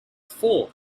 four